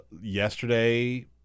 yesterday